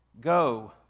Go